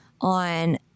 on